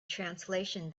translation